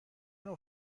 نوع